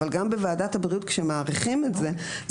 אבל גם בוועדת הבריאות כשמאריכים את זה,